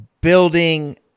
building